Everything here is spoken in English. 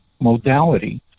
modality